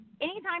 anytime